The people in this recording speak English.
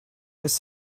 was